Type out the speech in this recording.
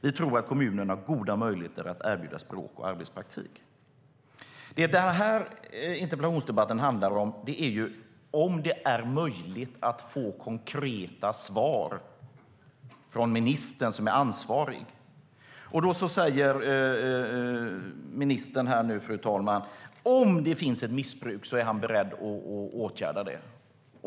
Vi tror att kommunerna har goda möjligheter att erbjuda språk och arbetspraktik. Det denna interpellationsdebatt handlar om är om det är möjligt att få konkreta svar från ministern, som är ansvarig. Ministern säger nu att om det finns ett missbruk är han beredd att åtgärda det.